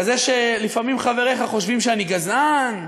כזה שלפעמים חבריך חושבים שאני גזען ושונא,